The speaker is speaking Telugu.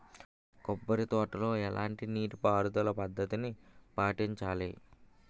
కొబ్బరి తోటలో ఎలాంటి నీటి పారుదల పద్ధతిని పాటించాలి?